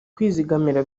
kwizigamira